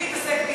תפסיק להתעסק בי.